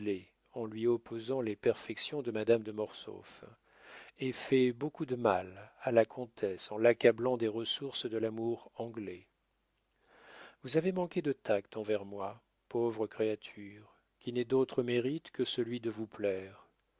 en lui opposant les perfections de madame de mortsauf et fait beaucoup de mal à la comtesse en l'accablant des ressources de l'amour anglais vous avez manqué de tact envers moi pauvre créature qui n'ai d'autre mérite que celui de vous plaire